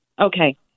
Okay